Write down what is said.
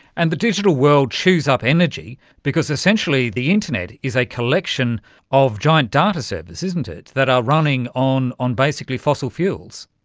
and the digital world chews up energy because essentially the internet is a collection of giant data servers, isn't it, that are running on on basically fossil fuels.